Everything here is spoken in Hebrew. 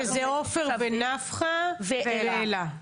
שזה עופר ונפחא ואלה.